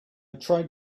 tried